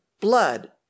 blood